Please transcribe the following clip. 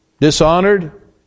dishonored